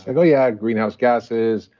like, oh, yeah, greenhouse gases,